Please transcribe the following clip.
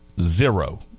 Zero